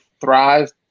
thrive